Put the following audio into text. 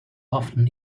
often